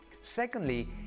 Secondly